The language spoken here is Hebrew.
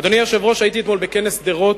אדוני היושב-ראש, הייתי אתמול בכנס שדרות,